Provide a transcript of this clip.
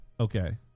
Okay